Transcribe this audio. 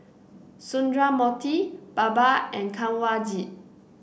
Sundramoorthy Baba and Kanwaljit